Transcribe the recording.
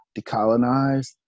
decolonize